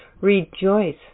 Rejoice